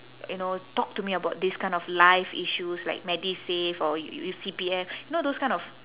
you know talk to me about these kind of life issues like medisave or your C_P_F you know those kind of